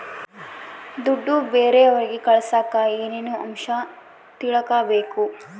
ದುಡ್ಡು ಬೇರೆಯವರಿಗೆ ಕಳಸಾಕ ಏನೇನು ಅಂಶ ತಿಳಕಬೇಕು?